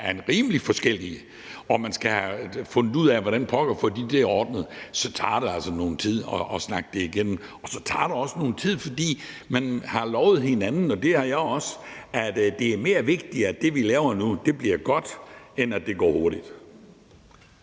er rimelig forskellige, og de skal have fundet ud af, hvordan pokker de får det ordnet, så tager det altså noget tid at snakke det igennem. Så tager det også noget tid, fordi man har lovet hinanden – og det har jeg også – at det er mere vigtigt, at det, vi laver nu, bliver godt, end at det går hurtigt.